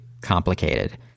complicated